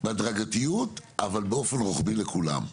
בהדרגתיות אבל באופן רוחבי לכולם.